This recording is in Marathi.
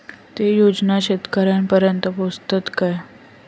ते योजना शेतकऱ्यानपर्यंत पोचतत काय?